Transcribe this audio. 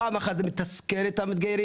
פעם אחת זה מסתכל את המתגיירים,